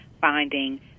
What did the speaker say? finding